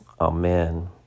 amen